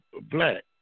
black